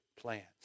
plans